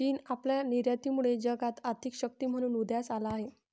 चीन आपल्या निर्यातीमुळे जगात आर्थिक शक्ती म्हणून उदयास आला आहे